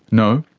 no,